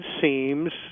seems